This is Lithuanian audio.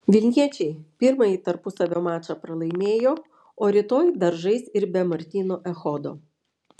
vilniečiai pirmąjį tarpusavio mačą pralaimėjo o rytoj dar žais ir be martyno echodo